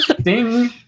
Ding